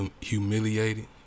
Humiliated